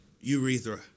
urethra